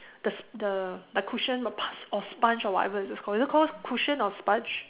the the the cushion of pass of sponge or whatever is it called the cushion of sponge